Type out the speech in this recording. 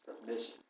Submission